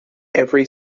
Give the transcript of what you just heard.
every